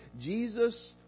Jesus